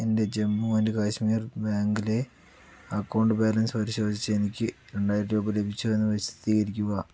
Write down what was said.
എൻ്റെ ജമ്മു ആൻഡ് കശ്മീർ ബാങ്കിലെ account balance പരിശോധിച്ച് എനിക്ക് രണ്ടായിരം രൂപ ലഭിച്ചോ എന്ന് സ്ഥിരീകരിക്കുക